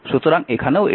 সুতরাং এখানেও এটি